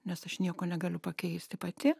nes aš nieko negaliu pakeisti pati